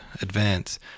advance